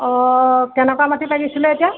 অঁ কেনেকুৱা মাটি লাগিছিলে এতিয়া